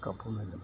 কাপোৰ নেলাগে